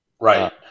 Right